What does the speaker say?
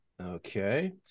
Okay